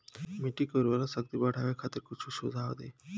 मिट्टी के उर्वरा शक्ति बढ़ावे खातिर कुछ सुझाव दी?